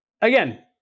Again